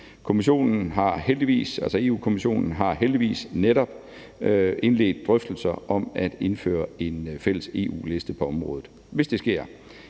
Europa-Kommissionen har heldigvis netop indledt drøftelser om at indføre en fælles EU-liste på området. Hvis det sker,